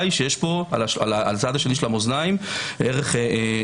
היא שיש פה בצד השני של המאזניים ערך קריטי.